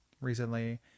recently